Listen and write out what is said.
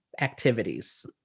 activities